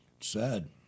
Sad